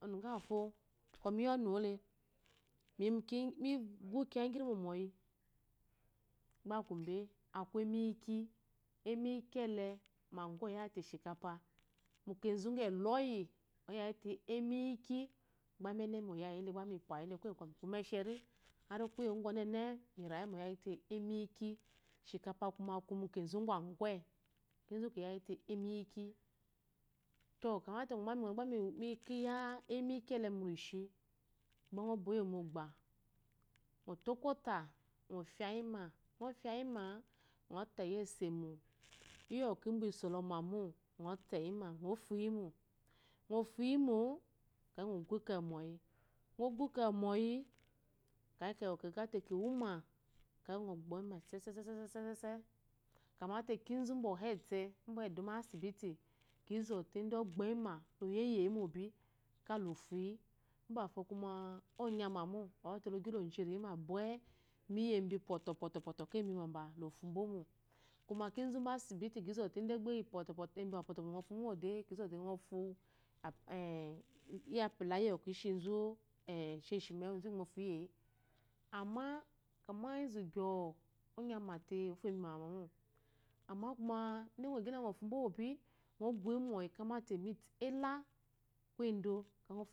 Bɔkɔ miyá ɔnulé mi gu kiya ngirimo mɔyi gba akumbe aku emiyi ki emiyi kile gba oyayite isirikapa mu kezu unga eboyi oyayite emiyki gba mba enemi oyayile kule kwɔgu mi ku umeshiri gba ememi oyayide ari kuye ngwɔnene mi yayite émiyiki ishiri kapa aku mu. kezu nga agwe kya nate mi kiya émiyi kilé mú nishi gba ŋ boyi mobba ŋɔto kwɔta pfyauma ŋteyi esemo iyokɔ mbwa isolomo ŋteyima ŋɔfuyimo nlofuyimo akeyi ŋɔ gukewu mɔyi ŋɔgukenwu mɔyi ake yi kewu kawo kyamate kawuma akeyi ŋɔboyima sesese kyamaté kinzu mba eduma iya sibiti kizote inde ɔboyima lo yeye mobi kala ofuyi mbafo ba ɔnya mamo ozote lo gilozhirima bwe mo iye mbi pwabwa akeyi embi ubamba lofu mbomo mo kizu mba sibiti kizote ŋɔ fu kiya ngyeshéshino iyiwo eduma mu enwu mbafo ɛnyamate ofu embi mba esheshi mbaba mo ŋobanɔgi te kafumbo nobio de nɔwo emiti kyamate ela ko endo akeyi ŋfubomo